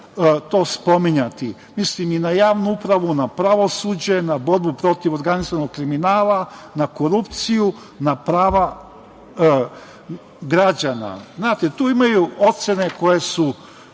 to spominjati. Mislim i na javnu upravu, na pravosuđe, na borbu protiv organizovanog kriminala, na korupciju, na prava građana. Znate, tu imaju ocene koje već